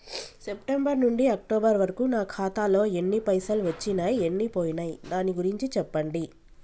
September నుంచి October వరకు నా ఖాతాలో ఎన్ని పైసలు వచ్చినయ్ ఎన్ని పోయినయ్ దాని గురించి చెప్పండి?